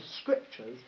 Scriptures